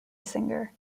singer